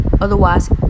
Otherwise